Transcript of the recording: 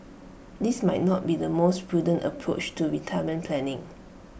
this might not be the most prudent approach to retirement planning